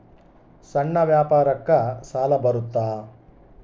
ಸಣ್ಣ ವ್ಯಾಪಾರಕ್ಕ ಸಾಲ ಬರುತ್ತಾ?